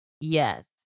Yes